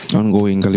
ongoing